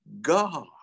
God